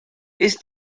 ist